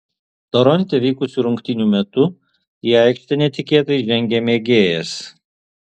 toronte vykusių rungtynių metu į aikštę netikėtai žengė mėgėjas